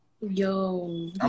Yo